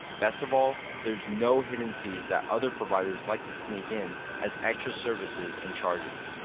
best of all, there's no hidden fees that other providers like to sneak in as extra services and charges.